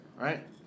right